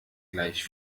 gleich